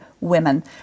women